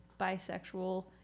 bisexual